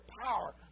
power